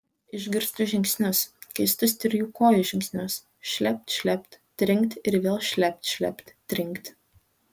išgirstu žingsnius keistus trijų kojų žingsnius šlept šlept trinkt ir vėl šlept šlept trinkt